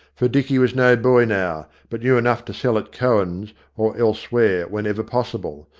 for dicky was no boy now, but knew enough to sell at cohen's or elsewhere whenever possible,